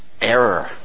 error